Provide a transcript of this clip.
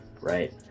right